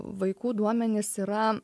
vaikų duomenys yra